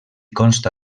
consta